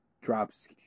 drops